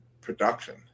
production